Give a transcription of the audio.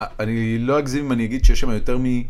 אני לא אגזים אם אני אגיד שיש שם יותר מ...